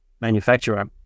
manufacturer